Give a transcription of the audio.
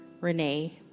Renee